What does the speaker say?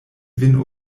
vin